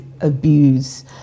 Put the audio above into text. abuse